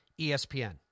ESPN